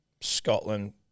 Scotland